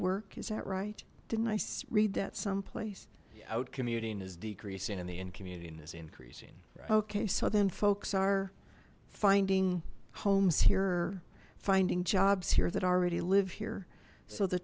work is that right didn't i read that someplace out commuting is decreasing in the in community in this increasing okay so then folks are finding homes here finding jobs here that already live here so the